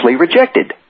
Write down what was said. rejected